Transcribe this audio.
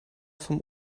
vom